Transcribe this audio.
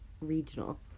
regional